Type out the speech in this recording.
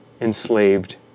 enslaved